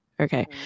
okay